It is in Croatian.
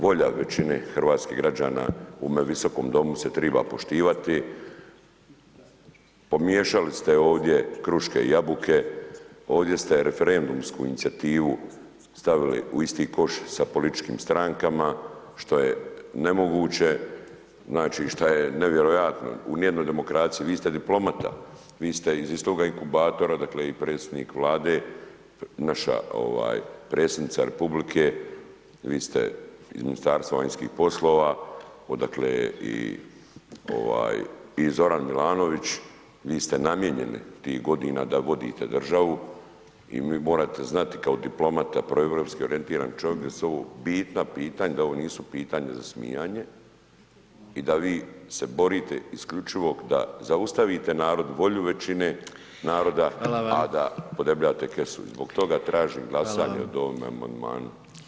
Volja većine hrvatskih građana u ovome Visokom domu se triba poštivati, pomiješali ste ovdje kruške i jabuke, ovdje ste referendumsku inicijativu stavili u isti koš sa političkim strankama, što je nemoguće, znači, šta je nevjerojatno u nijednoj demokraciji vi ste diplomata, vi ste iz istoga inkubatora odakle i predsjednik Vlade, naša predsjednica RH, vi ste iz Ministarstva vanjskih poslova odakle je i Zoran Milanović, vi ste namijenjeni tih godina da vodite državu i morate znati kao diplomata, proeuropski orijentiran čovjek da su ovo bitni pitanja, da ovo nisu pitanja za smijanje i da vi se borite isključivo da zaustavite narodnu volju većine naroda [[Upadica: Hvala vam]] a da podebljate kesu i zbog toga tražim [[Upadica: Hvala]] glasovanje o ovome amandmanu.